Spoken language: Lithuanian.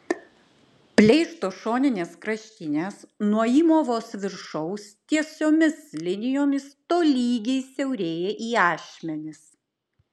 pleišto šoninės kraštinės nuo įmovos viršaus tiesiomis linijomis tolygiai siaurėja į ašmenis